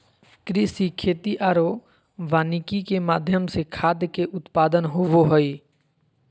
कृषि, खेती आरो वानिकी के माध्यम से खाद्य के उत्पादन होबो हइ